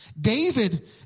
David